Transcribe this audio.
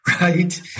right